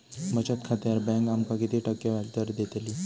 बचत खात्यार बँक आमका किती टक्के व्याजदर देतली?